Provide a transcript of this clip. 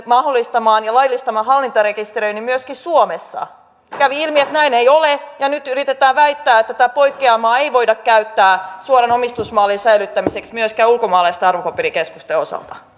mahdollistamaan ja laillistamaan hallintarekisterin myöskin suomessa kävi ilmi että näin ei ole ja nyt yritetään väittää että tätä poikkeamaa ei voida käyttää suoran omistusmallin säilyttämiseksi myöskään ulkomaalaisten arvopaperikeskusten osalta